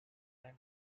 plank